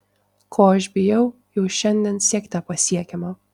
ko aš bijau jau šiandien siekte pasiekiama